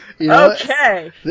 Okay